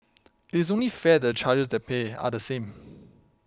it is only fair that the charges that pay are the same